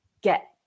get